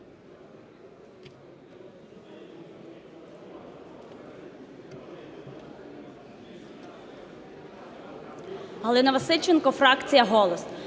Галина Васильченко, фракція "Голос".